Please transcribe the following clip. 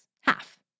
half